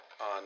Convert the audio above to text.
on